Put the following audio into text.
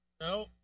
No